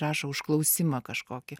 rašo užklausimą kažkokį